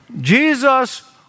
Jesus